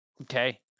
Okay